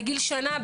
בגיל שנה,